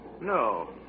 No